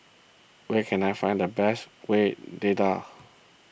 where can I find the best Kueh Dadar